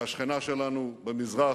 שהשכנה שלנו במזרח,